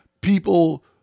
people